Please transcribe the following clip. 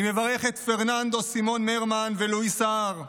אני מברך את פרננדו סימון מרמן ולואיס הר,